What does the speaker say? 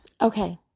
okay